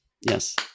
Yes